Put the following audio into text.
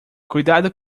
cuidado